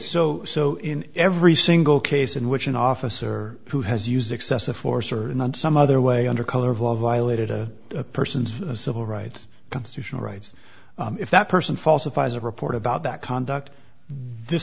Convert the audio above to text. so so in every single case in which an officer who has used excessive force or not some other way under color of law violated a person's civil rights constitutional rights if that person falsifies a report about that conduct th